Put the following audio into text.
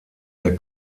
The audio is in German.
der